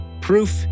proof